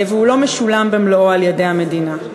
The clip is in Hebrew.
והוא לא משולם במלואו על-ידי המדינה.